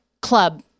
club